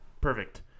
perfect